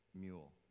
mule